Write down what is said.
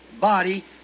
body